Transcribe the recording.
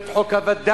לא את חוק הווד"לים,